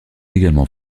également